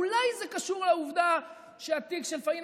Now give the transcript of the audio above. אולי זה קשור לעובדה שהתיק של פאינה